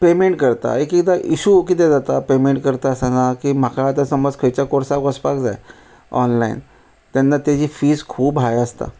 payment करताय एक एकदां इशू किदें जाता पेमँट करता आसताना की म्हाका आतां समज खंयच्या कोर्साक वचपाक जाय ऑनलायन तेन्ना तेजी फीज खूब हाय आसता